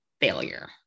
failure